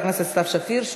תודה לחברת הכנסת סתיו שפיר.